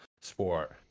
sport